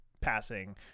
passing